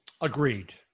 agreed